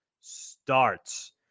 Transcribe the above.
starts